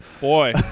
Boy